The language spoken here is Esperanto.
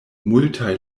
multaj